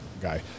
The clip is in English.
guy